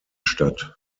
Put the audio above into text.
stadt